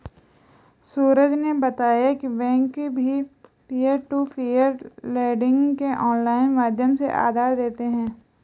सूरज ने बताया की बैंक भी पियर टू पियर लेडिंग के ऑनलाइन माध्यम से उधार देते हैं